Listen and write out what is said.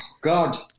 God